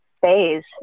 phase